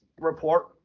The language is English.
report